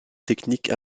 techniques